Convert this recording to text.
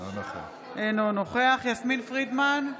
אינו נוכח יסמין פרידמן,